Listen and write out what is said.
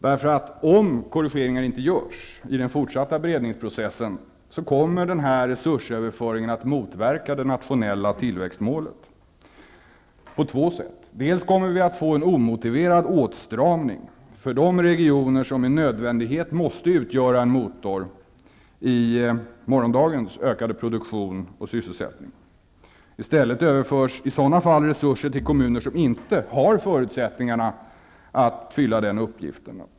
Om inte korrigeringar görs i den fortsatta beredningsprocessen kommer den här resursöverföringen att motverka det nationella tillväxtmålet på två sätt. Vi kommer att få en omotiverad åtstramning för de regioner som med nödvändighet måste utgöra en motor i morgondagens ökade produktion och sysselsättning. I stället överförs resurser till kommuner som inte har förutsättningarna att fylla den uppgiften.